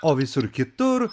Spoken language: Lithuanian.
o visur kitur